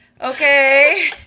okay